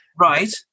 right